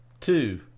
Two